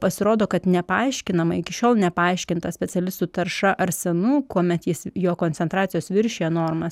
pasirodo kad nepaaiškinama iki šiol nepaaiškinta specialistų tarša arsenu kuomet jis jo koncentracijos viršija normas